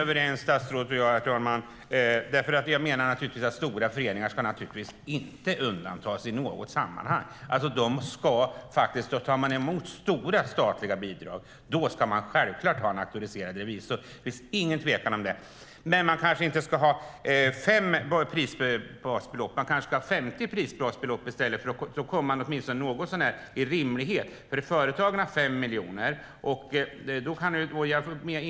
Herr talman! Statsrådet och jag är överens. Jag menar naturligtvis att stora föreningar inte ska undantas i något sammanhang. De som tar emot stora statliga bidrag ska självklart ha en auktoriserad revisor. Det är ingen tvekan om det. Men man kanske inte ska ha 5 prisbasbelopp. Man kanske ska ha 50 prisbasbelopp, för då blir det något så när rimligt. Jag vet också att det är 5 miljoner för företag.